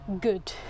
good